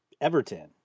Everton